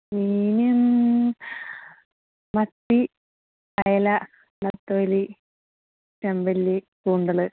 മീൻ മത്തി അയല നെത്തോലി ചെമ്പല്ലി കൂന്തൽ